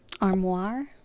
armoire